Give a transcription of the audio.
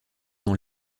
dans